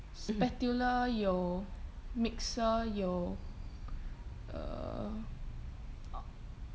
spatula 有 mixer 有 err